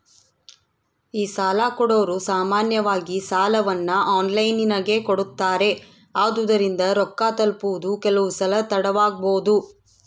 ಈ ಸಾಲಕೊಡೊರು ಸಾಮಾನ್ಯವಾಗಿ ಸಾಲವನ್ನ ಆನ್ಲೈನಿನಗೆ ಕೊಡುತ್ತಾರೆ, ಆದುದರಿಂದ ರೊಕ್ಕ ತಲುಪುವುದು ಕೆಲವುಸಲ ತಡವಾಬೊದು